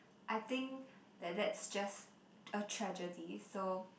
I think that that's just a tragedy so